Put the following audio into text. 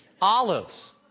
Olives